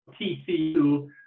TCU